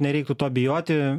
nereiktų to bijoti